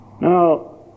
Now